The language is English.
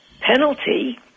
penalty